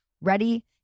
Ready